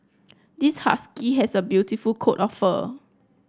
this husky has a beautiful coat of fur